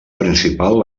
principal